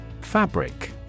Fabric